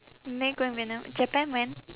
may going vietnam japan when